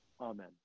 Amen